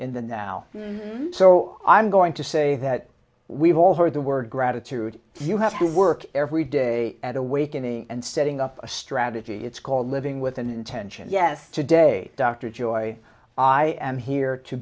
in the now so i'm going to say that we've all heard the word gratitude you have to work every day at awakening and setting up a strategy it's called living with an intention yes today dr joy i am here to